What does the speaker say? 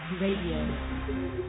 Radio